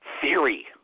theory